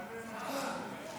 נתקבלה.